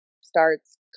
starts